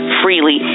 freely